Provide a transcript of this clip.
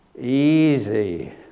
easy